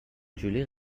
جولی